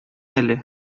әле